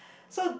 so